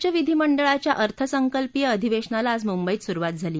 राज्य विधिमंडळाच्या अर्थसंकल्पीय अधिवेशनाला आज मुंबईत सुरुवात झाली